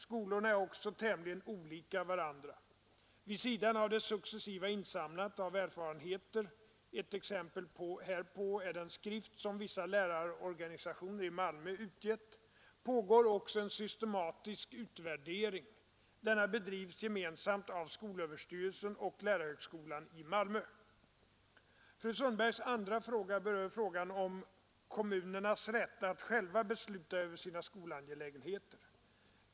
Skolorna är också tämligen olika varandra. Vid sidan av det successiva insamlandet av erfarenheter — ett exempel här; ir den skrift som vissa lärarorganisationer i Malmö utgett en systematisk utvärdering. Denna bedrivs gemensamt av skolöverstyrelsen och lärarhögskolan i Malmö. pågår oc Fru Sundbergs andra fråga berör frågan om kommunernas rätt att själva besluta över sina skolangelägenheter.